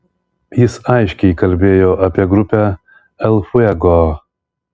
jis aiškiai kalbėjo apie grupę el fuego